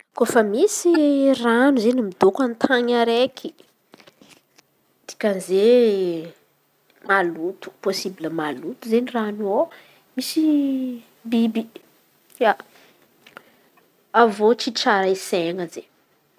Kôfa misy ran̈o izen̈y midoko amy tan̈y araiky karà zey maloto pôsibla maloto zey ran̈o iô misy biby ia avy eo tsy tsara isaihïna zey.